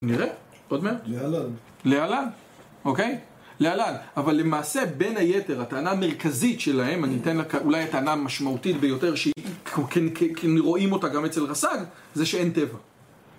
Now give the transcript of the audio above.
נראה? עוד מעט? להלן. להלן? אוקיי? להלן. אבל למעשה, בין היתר, הטענה המרכזית שלהם, אני אתן, אולי הטענה המשמעותית ביותר, שכ... כ... שרואים אותה גם אצל רס"ג - זה שאין טבע.